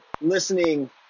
listening